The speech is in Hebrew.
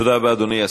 תודה רבה, אדוני.